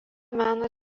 meno